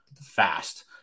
fast